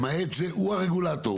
למעט זה הוא הרגולטור,